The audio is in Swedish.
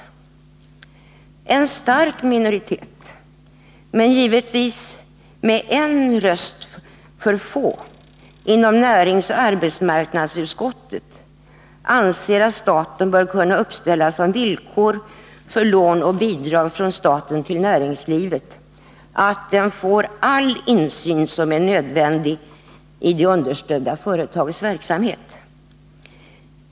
En stark minoritet, med en röst för litet, inom näringsoch arbetsmarknadsutskottet anser att staten bör kunna uppställa sådana villkor för lån och bidrag från staten till näringslivet att den får all den insyn som är nödvändig i det understödda företagets verksamhet.